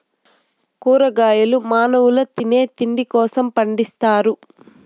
కూరగాయలు మానవుల తినే తిండి కోసం పండిత్తారు